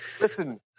Listen